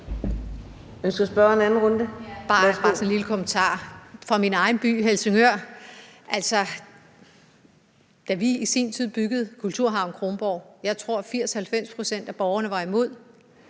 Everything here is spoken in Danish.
Da vi i sin tid byggede Kulturhavn Kronborg, tror jeg, at 80-90 pct. af borgerne var imod.